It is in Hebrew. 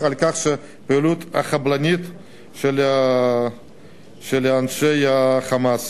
על כל פעולה חבלנית עוינת של אנשי ה"חמאס".